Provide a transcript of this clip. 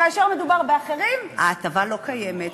כאשר מדובר באחרים, ההטבה לא קיימת.